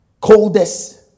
coldest